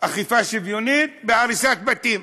אכיפה שוויונית בהריסת בתים.